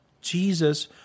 Jesus